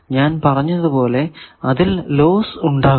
ഞാൻ പറഞ്ഞത് പോലെ അതിൽ ലോസ് ഉണ്ടാകുന്നു